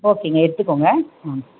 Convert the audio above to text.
ஓகேங்க எடுத்துக்கோங்க ஆ